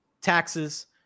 taxes